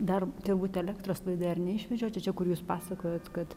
dar turbūt elektros laidai ar ne išvedžioti čia kur jūs pasakojot kad